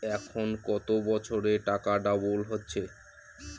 এখন কত বছরে টাকা ডবল হচ্ছে?